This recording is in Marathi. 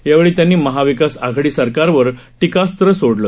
यावेळी त्यांनी महाविकास आघाडी सरकारवर टीकास्त्र सोडलं